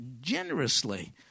generously